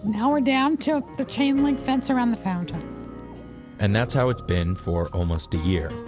now, we're down to the chain-link fence around the fountain and that's how it's been for almost a year.